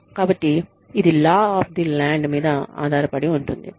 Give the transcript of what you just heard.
కాబట్టి ఇది law of the land మీద ఆధారపడి ఉంటుంది